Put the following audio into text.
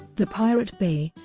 the pirate bay